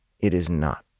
it is not.